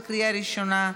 בקריאה ראשונה.